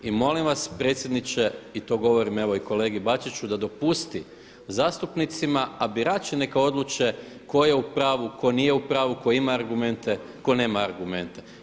I molim vas predsjedniče i to govorim evo i kolegi Bačiću da dopusti zastupnicima, a birači neka odluče tko je u pravu, tko nije u pravu, tko ima argumente, tko nema argumente.